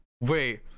Wait